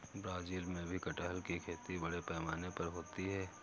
Brazil में भी कटहल की खेती बड़े पैमाने पर होती है